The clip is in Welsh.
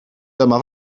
dyma